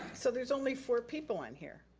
so there's only four people on here.